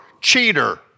cheater